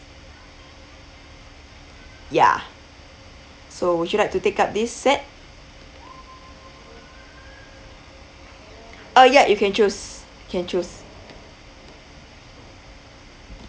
ya so would you like to take up this set uh ya you can choose can choose